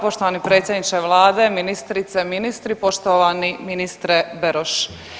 Poštovani predsjedniče Vlade, ministrice, ministri, poštovani ministre Beroš.